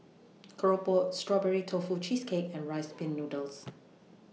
Keropok Strawberry Tofu Cheesecake and Rice Pin Noodles